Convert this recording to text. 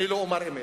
אני לא אומר אמת.